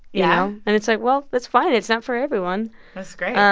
yeah and it's, like, well that's fine. it's not for everyone that's great